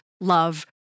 love